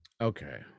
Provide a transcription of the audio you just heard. okay